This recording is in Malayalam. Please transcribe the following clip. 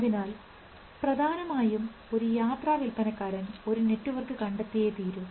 അതിനാൽ പ്രധാനമായും ഒരു യാത്രാ വിൽപ്പനക്കാരൻ ഒരു നെറ്റ്വർക്ക് കണ്ടെത്തിയേ തീരൂ